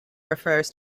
refers